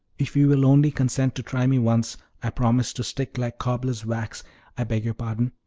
if you will only consent to try me once i promise to stick like cobbler's wax i beg your pardon,